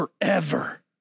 forever